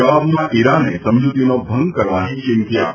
જવાબમાં ઇરાને સમજૂતીનો ભંગ કરવાની ચીમકી હતી